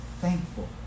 thankful